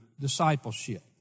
discipleship